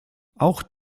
auch